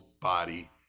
body